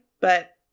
but-